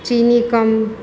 ચીની કમ